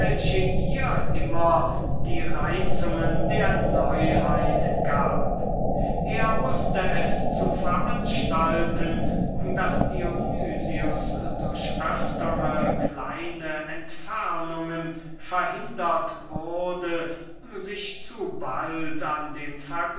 ihr immer die reizungen der neuheit gab er wußte es zu veranstalten daß dionys durch öftere kleine entfernungen verhindert wurde sich zu bald an dem